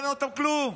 לא מעניין אותם כלום.